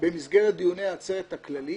במסגרת דיוני העצרת הכללית